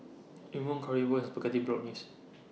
Imoni Currywurst Spaghetti Bolognese